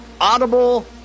Audible